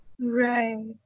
Right